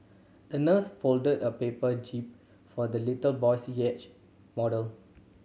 the nurse folded a paper jib for the little boy's yacht model